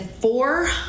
four